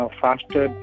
faster